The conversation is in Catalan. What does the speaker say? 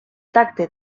tacte